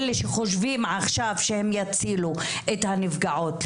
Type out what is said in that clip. אלה שחושבים עכשיו שהם יצילו את הנפגעות.